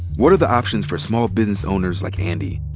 what are the options for small business owners like andy?